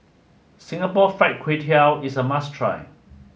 Singapore Fried Kway Tiao is a must try